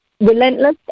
relentless